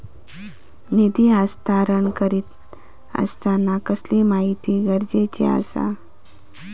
निधी हस्तांतरण करीत आसताना कसली माहिती गरजेची आसा?